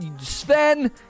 Sven